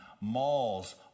malls